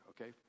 okay